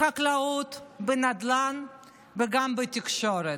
בחקלאות, בנדל"ן וגם בתקשורת.